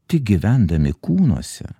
tik gyvendami kūnuose